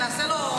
נעשה לו,